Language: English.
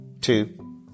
two